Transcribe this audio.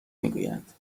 میگویند